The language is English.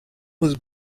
was